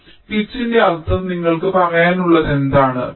അതിനാൽ പിച്ചിന്റെ അർത്ഥം നിങ്ങൾക്ക് പറയാനുള്ളത് എന്താണ്